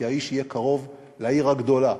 כי האיש יהיה קרוב לעיר הגדולה,